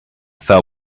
fell